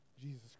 Jesus